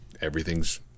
Everything's